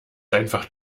einfach